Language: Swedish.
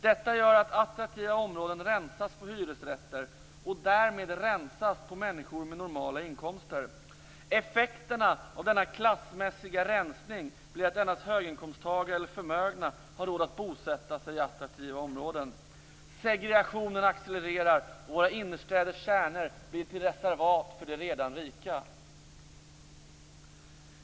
Detta gör att attraktiva områden rensas på hyresrätter och därmed på människor med normala inkomster. Effekterna av denna klassmässiga rensning blir att endast höginkomsttagare eller förmögna har råd att bosätta sig i attraktiva områden. Segregationen accelererar och våra innerstäders kärnor blir till reservat för de redan rika.